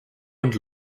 und